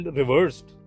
reversed